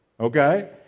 okay